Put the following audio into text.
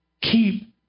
keep